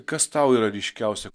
kas tau yra ryškiausia